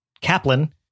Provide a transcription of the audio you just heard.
Kaplan